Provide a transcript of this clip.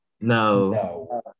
No